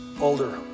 older